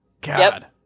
God